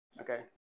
Okay